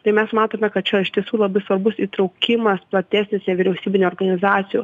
tai mes matome kad čia iš tiesų labai svarbus įtraukimas platesnis nevyriausybinių organizacijų